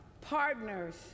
partners